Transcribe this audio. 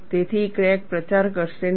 તેથી ક્રેક પ્રચાર કરશે નહીં